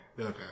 Okay